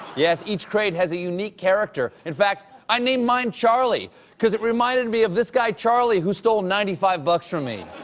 yes, each crate has a unique character. in fact, i named mine charlie because it reminded me of this guy charlie who stole ninety five dollars bucks from me.